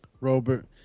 Robert